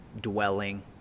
dwelling